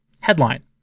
Headline